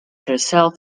herself